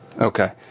Okay